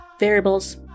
variables